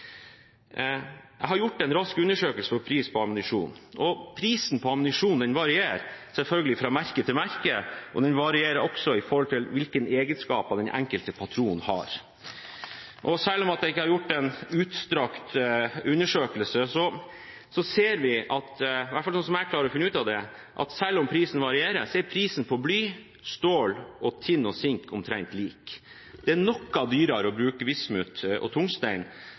på ammunisjon. Prisen på ammunisjon varierer selvfølgelig fra merke til merke, og den varierer også med hensyn til hvilke egenskaper den enkelte patron har. Selv om jeg ikke har gjort en utstrakt undersøkelse, ser vi – i hvert fall slik jeg klarer å finne ut av det – at selv om prisen varierer, er prisen på bly, stål, tinn og sink omtrent lik. Det er noe dyrere å bruke vismut og